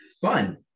fun